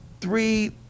three